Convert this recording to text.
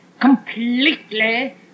completely